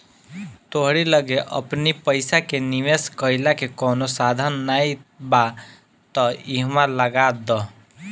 तोहरी लगे अपनी पईसा के निवेश कईला के कवनो साधन नाइ बा तअ इहवा लगा दअ